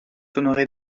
honoré